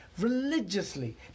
religiously